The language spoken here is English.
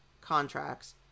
contracts